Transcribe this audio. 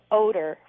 odor